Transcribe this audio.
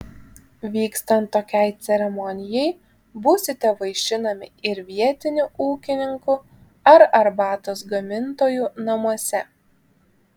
vykstant tokiai ceremonijai būsite vaišinami ir vietinių ūkininkų ar arbatos gamintojų namuose